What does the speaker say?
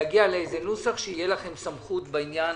להגיע לנוסח שתהיה לכם סמכות בעניין